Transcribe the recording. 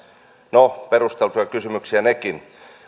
no perusteltuja kysymyksiä nekin